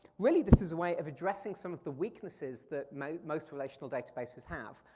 really, this is a way of addressing some of the weaknesses that most most relational databases have.